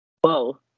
whoa